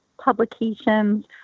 publications